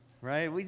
Right